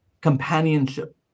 companionship